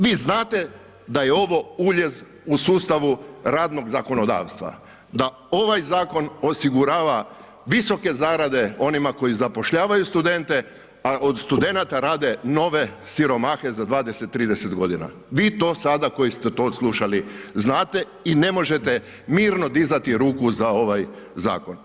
Vi znate da je ovo uljez u sustavu radnog zakonodavstva, da ovaj zakon osigurava visoke zarade onima koji zapošljavaju studente, a od studenata rade nove siromahe za 20, 30 godina, vi koji sada koji ste to slušali znate i ne možete mirno dizati ruku za ovaj zakon.